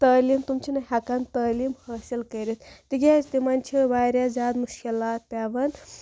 تعلیٖم تِم چھِنہٕ ہیٚکان تعلیٖم حٲصِل کٔرِتھ تِکیٛازِ تِمَن چھِ واریاہ زیادٕ مُشکلات پیٚوان